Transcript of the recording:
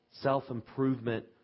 self-improvement